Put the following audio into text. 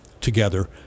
together